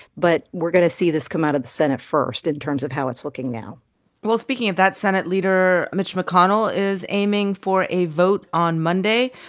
but we're going to see this come out of the senate first in terms of how it's looking now well, speaking of that, senate leader mitch mcconnell is aiming for a vote on monday.